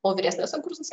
o vyresnėse kursuose